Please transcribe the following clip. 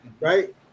right